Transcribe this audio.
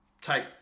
take